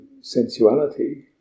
sensuality